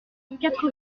quatre